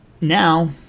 now